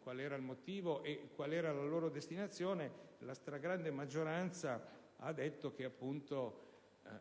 quale era il motivo, e la loro destinazione: la stragrande maggioranza ha detto che